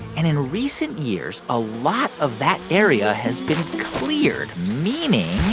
and in recent years, a lot of that area has been cleared, meaning.